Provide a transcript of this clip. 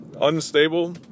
Unstable